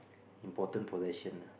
important possession lah